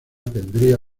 tendría